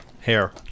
Hair